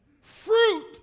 fruit